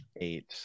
eight